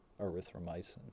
erythromycin